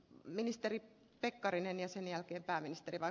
ministeri pekkarinen ja sen jälkeen pääministerillä